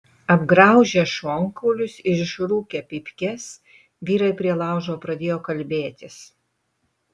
apgraužę šonkaulius ir išrūkę pypkes vyrai prie laužo pradėjo kalbėtis